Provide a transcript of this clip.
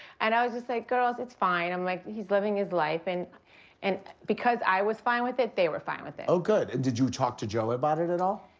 and i was just like, girls, it's fine. i'm like, he's living his life. and and because i was fine with it, they were fine with it. oh good and did you talk to joe about it at all?